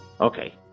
Okay